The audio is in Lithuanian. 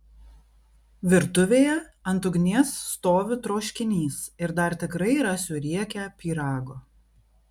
virtuvėje ant ugnies stovi troškinys ir dar tikrai rasiu riekę pyrago